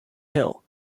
hill